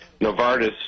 Novartis